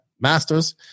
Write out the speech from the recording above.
masters